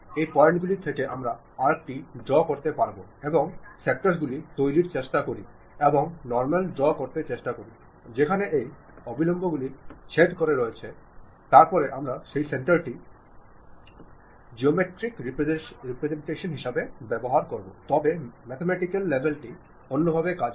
এই পয়েন্টগুলি থেকে আমরা আর্ক টি ড্রও করতে পারবো এবং সেক্টরস গুলি তৈরির চেষ্টা করি এবং অভিলম্বগুলি ড্রও করতে চেষ্টা করি যেখানে এই অভিলম্বগুলি ছেদ করে রয়েছে তারপরে আমরা সেই সেন্টারটি সনাক্ত করি যাহা জিওমেট্রিক রিপ্রেজেন্টেশন তবে ম্যাথেমেটিক্যাল লেভেল টি অন্যভাবে কাজ করে